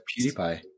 PewDiePie